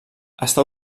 està